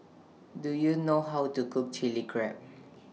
Do YOU know How to Cook Chili Crab